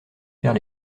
faire